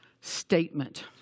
statement